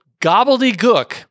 gobbledygook